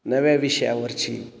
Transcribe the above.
नव्या विषयावरची